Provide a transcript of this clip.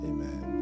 Amen